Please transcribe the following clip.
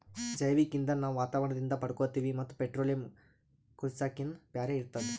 ಜೈವಿಕ್ ಇಂಧನ್ ನಾವ್ ವಾತಾವರಣದಿಂದ್ ಪಡ್ಕೋತೀವಿ ಮತ್ತ್ ಪೆಟ್ರೋಲಿಯಂ, ಕೂಳ್ಸಾಕಿನ್ನಾ ಬ್ಯಾರೆ ಇರ್ತದ